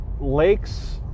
lakes